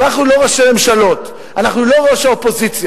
אנחנו לא ראשי ממשלות, אנחנו לא ראש האופוזיציה.